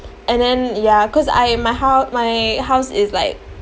and then ya cause I my house my house is like